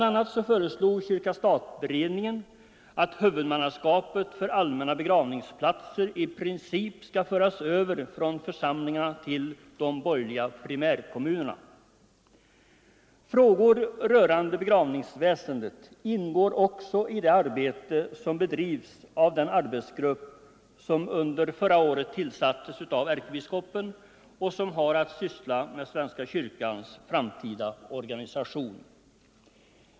a. föreslog stat-kyrka-beredningen att huvudmannaskapet för allmänna begravningsplatser i princip skall föras över från församlingarna till de borgerliga primärkommunerna. Frågor rörande begravningsväsendet ingår också i det arbete som bedrivs av den arbetsgrupp som under förra året tillsattes av ärkebiskopen och som har att syssla med svenska kyrkans framtida organisation.